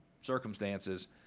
circumstances